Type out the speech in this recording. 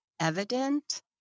evident